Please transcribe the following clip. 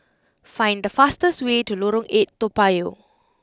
find the fastest way to Lorong eight Toa Payoh